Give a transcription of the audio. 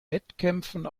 wettkämpfen